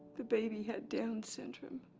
the baby had down syndrome.